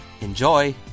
Enjoy